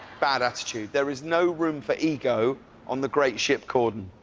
bad attitude, there is no room for ego on the great ship corden.